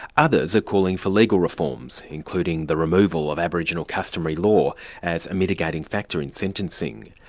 others are calling for legal reforms, including the removal of aboriginal customary law as a mitigating factor in sentencing.